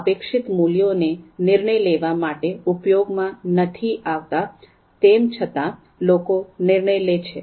અપેક્ષિત મૂલ્યને નિર્ણય લેવા માટે ઉપયોગ માં નથી આવતા તેમ છતા લોકો નિર્ણય લે છે